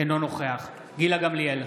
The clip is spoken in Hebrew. אינו נוכח גילה גמליאל,